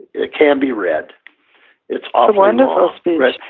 it can be read it's a wonderful speech.